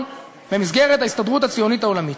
במסגרת ההסתדרות הציונית העולמית.